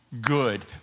good